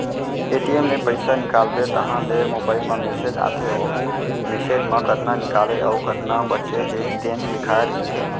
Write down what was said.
ATM ले पइसा निकालबे तहाँ ले मोबाईल म मेसेज आथे वहूँ मेसेज म कतना निकाले अउ कतना बाचे हे तेन लिखाए रहिथे